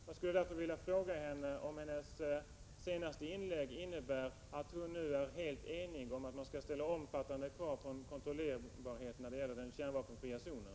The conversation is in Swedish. Jag vill därför fråga henne om hennes senaste inlägg innebär att hon nu helt ansluter sig till uppfattningen att man skall ställa omfattande krav på kontrollerbarheten när det gäller den kärnvapenfria zonen.